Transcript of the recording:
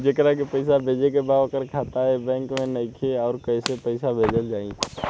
जेकरा के पैसा भेजे के बा ओकर खाता ए बैंक मे नईखे और कैसे पैसा भेजल जायी?